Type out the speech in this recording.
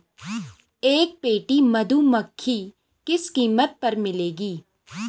एक पेटी मधुमक्खी किस कीमत पर मिलेगी?